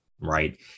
right